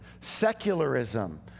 secularism